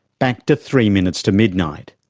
back to three minutes to midnight.